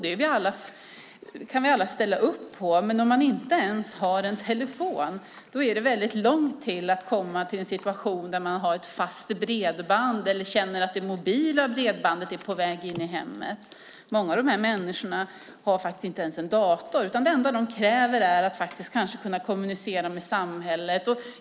Det kan vi alla ställa upp på, men om man inte ens har en telefon är det väldigt långt kvar till en situation där man har ett fast bredband eller där det mobila bredbandet är på väg in i hemmet. Många av de här människorna har faktiskt inte ens en dator, utan det enda de kräver är att faktiskt kunna kommunicera med samhället.